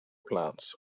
plants